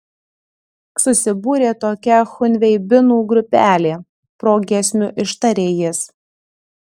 susibūrė tokia chunveibinų grupelė progiesmiu ištarė jis